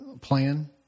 plan